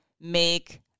make